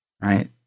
right